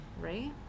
right